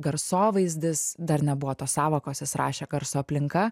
garsovaizdis dar nebuvo tos sąvokos jis rašė garso aplinka